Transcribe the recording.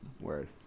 Word